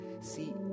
See